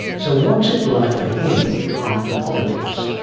so what's it like for him after politics?